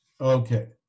Okay